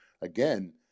Again